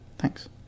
Thanks